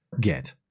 get